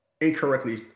incorrectly